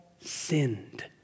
sinned